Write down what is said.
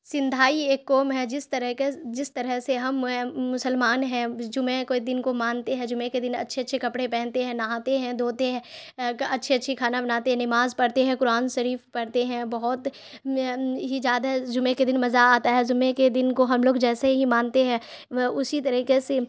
سندھائی ایک قوم ہے جس طرح جس طرح سے ہم مسلمان ہیں جمعے کے دن کو مانتے ہیں جمعے کے دن اچھے اچھے کپڑے پہنتے ہیں نہاتے ہیں دھوتے ہیں اچھی اچھی کھانا بناتے ہیں نماز پڑتے ہیں قرآن شریف پڑھتے ہیں بہت ہی زیادہ جمعے کے دن مزہ آتا ہے جمعے کے دن کو ہم لوگ جیسے ہی مانتے ہیں وہ اسی طریقے سے